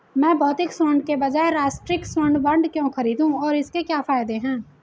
मैं भौतिक स्वर्ण के बजाय राष्ट्रिक स्वर्ण बॉन्ड क्यों खरीदूं और इसके क्या फायदे हैं?